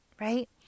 right